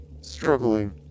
struggling